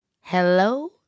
hello